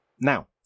Now